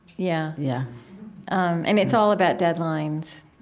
yeah yeah um and it's all about deadlines.